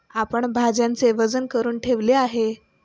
आपण भाज्यांचे वजन करुन ठेवले आहे